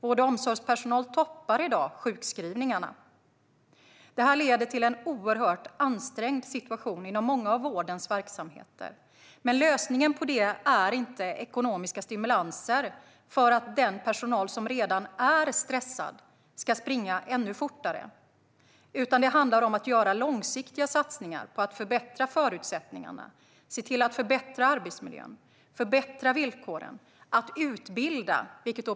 Vård och omsorgspersonal toppar i dag sjukskrivningarna. Detta leder till en oerhört ansträngd situation inom många av vårdens verksamheter. Lösningen på dessa problem är inte ekonomiska stimulanser som gör att den personal som redan är stressad ska springa ännu fortare. I stället handlar det om att göra långsiktiga satsningar på att förbättra förutsättningarna, se till att förbättra arbetsmiljön, förbättra villkoren.